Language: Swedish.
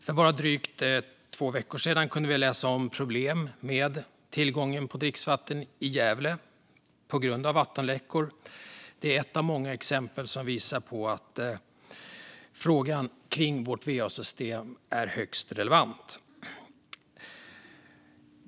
För bara drygt två veckor sedan kunde vi läsa om problem med tillgången på dricksvatten i Gävle på grund av vattenläckor. Det är ett av många exempel som visar på att frågan om vårt va-system är högst relevant.